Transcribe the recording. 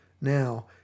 Now